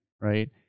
right